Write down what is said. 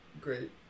great